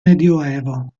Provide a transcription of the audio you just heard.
medioevo